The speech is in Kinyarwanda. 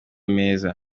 meza